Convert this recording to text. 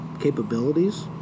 capabilities